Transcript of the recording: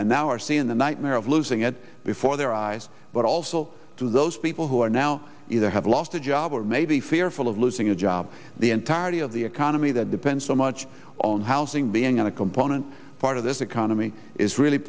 and now are seeing the nightmare of losing it before their eyes but also to those people who are now either have lost a job or maybe fearful of losing a job the entirety of the economy that depends so much on housing being a component part of this economy is really